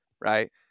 Right